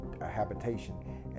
habitation